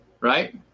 Right